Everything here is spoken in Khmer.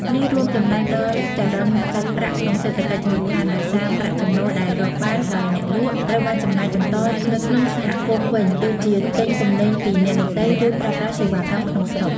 នេះរួមចំណែកដល់ចរន្តសាច់ប្រាក់ក្នុងសេដ្ឋកិច្ចមូលដ្ឋាន ដោយសារប្រាក់ចំណូលដែលរកបានដោយអ្នកលក់ ត្រូវបានចំណាយបន្តនៅក្នុងសហគមន៍វិញ ដូចជាទិញទំនិញពីអ្នកដទៃ ឬប្រើប្រាស់សេវាកម្មក្នុងស្រុក។